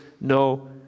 no